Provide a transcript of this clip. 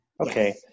okay